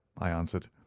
i answered.